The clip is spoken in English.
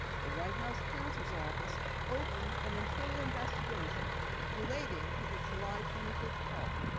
the white house counsel's office opened an internal investigation relating to the july twenty five call.